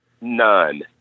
None